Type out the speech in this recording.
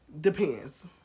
Depends